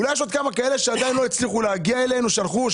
אולי יש עוד כמה שלא הצליחו להגיע - שלחו,